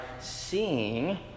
seeing